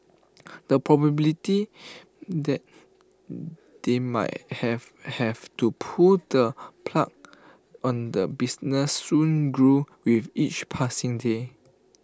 the probability that they might have have to pull the plug on the business soon grew with each passing day